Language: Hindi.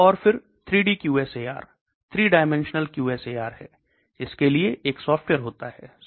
और फिर 3DQSAR 3 डायमेंशनल QSAR है इसके लिए एक सॉफ्टवेयर होता है